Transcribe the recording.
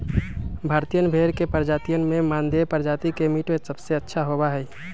भारतीयन भेड़ के प्रजातियन में मानदेय प्रजाति के मीट सबसे अच्छा होबा हई